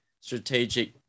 strategic